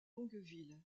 longueville